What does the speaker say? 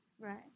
Right